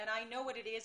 אני יודעת מה אתם עושים,